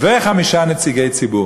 וחמישה נציגי ציבור.